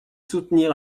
soutenir